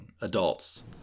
adults